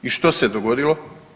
I što se dogodilo?